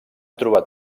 trobat